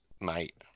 mate